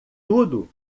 tudo